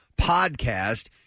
podcast